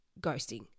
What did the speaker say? ghosting